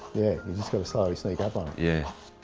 yeah, you've just got to slowly sneak up on yeah